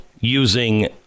using